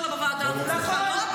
אני הייתי יושב-ראש, נכון.